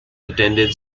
attended